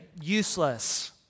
useless